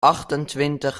achtentwintig